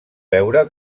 veure